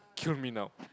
kill me now